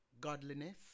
godliness